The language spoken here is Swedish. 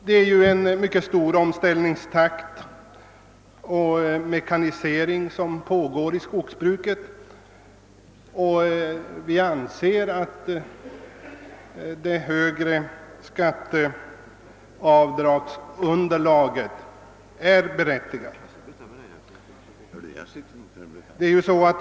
Det är en mycket hög takt i omställningen och mekaniseringen inom skogsbruket, och vi anser att det är berättigat med ett större avskrivningsunderlag.